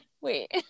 wait